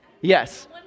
Yes